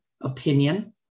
opinion